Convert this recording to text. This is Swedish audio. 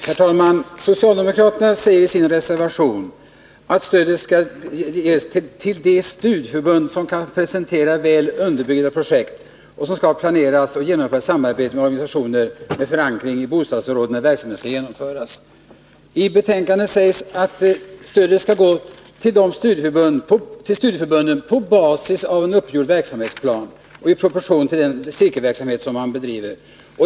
Herr talman! Socialdemokraterna säger i sin reservation att stödet skall ges till de studieförbund som kan presentera väl underbyggda projekt som skall planeras och genomföras i samarbete med organisationer med förankringi de bostadsområden där verksamheten skall genomföras. I betänkandet sägs att stödet skall gå till studieförbunden på basis av en uppgjord verksamhetsplan och i proportion till den cirkelverksamhet som man bedriver.